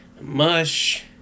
mush